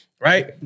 Right